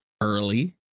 early